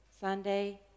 Sunday